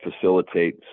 facilitate